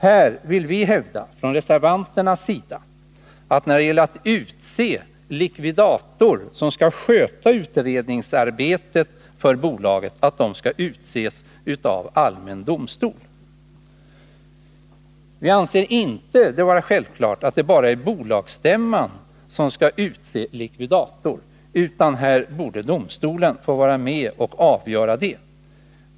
Här vill vi från reservanternas sida hävda att likvidator som skall sköta utredningsarbetet för bolaget skall utses av allmän domstol. Vi anser det inte vara självklart att det bara är bolagsstämman som skall utse likvidator, utan domstolen borde få vara med om att avgöra detta.